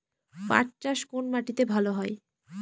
পাট চাষ কোন মাটিতে ভালো হয়?